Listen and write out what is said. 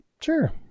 sure